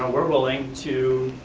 ah we're willing to